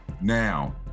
now